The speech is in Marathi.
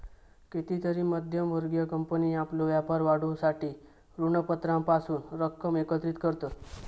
कितीतरी मध्यम वर्गीय कंपनी आपलो व्यापार वाढवूसाठी ऋणपत्रांपासून रक्कम एकत्रित करतत